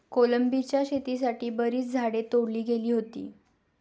कोलंबीच्या शेतीसाठी बरीच झाडे तोडली गेली होती